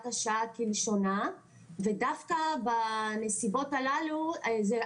השעה כלשונה ודווקא בנסיבות הללו זה.